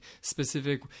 specific